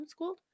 homeschooled